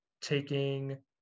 taking